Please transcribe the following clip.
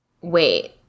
Wait